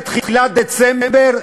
בתחילת דצמבר,